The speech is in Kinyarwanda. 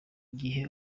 gihe